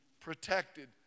protected